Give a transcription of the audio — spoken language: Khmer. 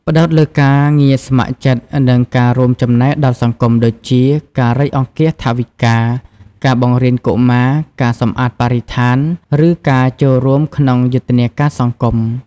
ផ្តោតលើការងារស្ម័គ្រចិត្ត និងការរួមចំណែកដល់សង្គម ដូចជា ការរៃអង្គាសថវិកា ការបង្រៀនកុមារ ការសម្អាតបរិស្ថាន ឬការចូលរួមក្នុងយុទ្ធនាការសង្គម។